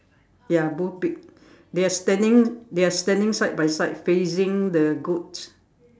ya both big they are standing they are standing side by side facing the goat